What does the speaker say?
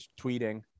tweeting